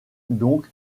donc